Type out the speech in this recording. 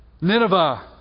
Nineveh